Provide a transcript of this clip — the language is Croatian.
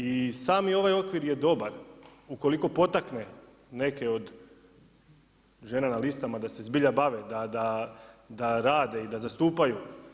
I sami ovaj okvir je doba ukoliko potakne neke žena na listama da se zbilja bave, da rade i da zastupaju.